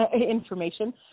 information